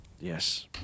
yes